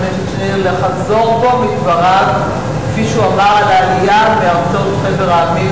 לחזור בו מדבריו כפי שהוא אמר על העלייה מארצות חבר העמים,